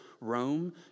Rome